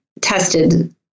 tested